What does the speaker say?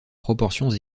proportions